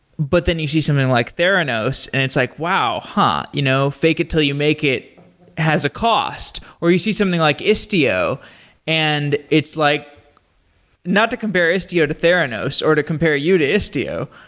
but then you see something like theranos and it's like, wow, huh. you know fake it till you make it has a cost. or you see something like istio and it's like not to compare istio to theranos, or to compare you to istio,